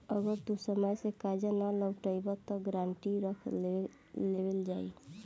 अगर तू समय से कर्जा ना लौटइबऽ त गारंटी रख लेवल जाई